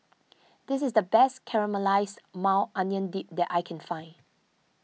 this is the best Caramelized Maui Onion Dip that I can find